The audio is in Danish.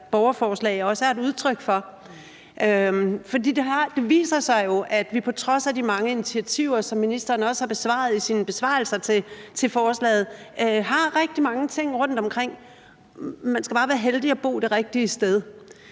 borgerforslag også er et udtryk for. For det viser sig jo, at vi på trods af de mange initiativer, som ministeren også har nævnt i sin besvarelse til forslaget, har rigtig mange ting rundtomkring. Man skal være heldig at bo det rigtige sted,